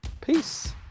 Peace